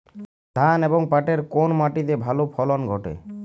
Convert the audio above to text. ধান এবং পাটের কোন মাটি তে ভালো ফলন ঘটে?